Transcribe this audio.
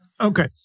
Okay